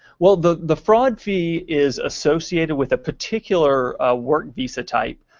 well, the the fraud fee is associated with a particular work visa-type,